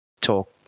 talk